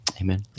Amen